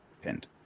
pinned